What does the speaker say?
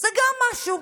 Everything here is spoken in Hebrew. זה גם משהו.